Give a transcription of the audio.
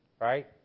Right